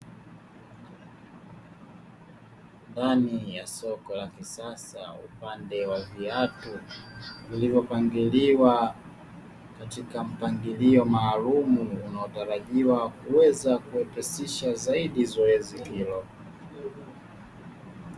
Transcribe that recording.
Ndani ya soko la kisasa upande wa viatu vilivyopangiliwa, katika mpangilio maalumu watarajiwa kuweza kuepushisha zaidi zoezi hilo.